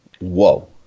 whoa